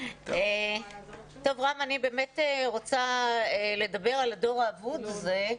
רם, אני רוצה לדבר על הדור האבוד הזה,